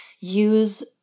use